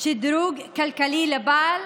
שדרוג כלכלי לבעל